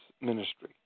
Ministry